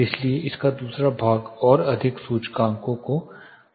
इसलिए इसका दूसरा भाग और अधिक सूचकांकों को कवर करेगा